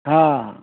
हाँ